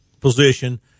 position